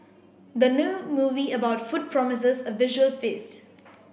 the new movie about food promises a visual feast